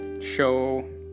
show